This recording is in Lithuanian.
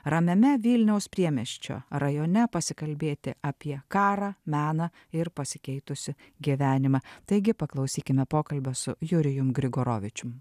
ramiame vilniaus priemiesčio rajone pasikalbėti apie karą meną ir pasikeitusį gyvenimą taigi paklausykime pokalbio su jurijumi grigoravičių